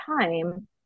time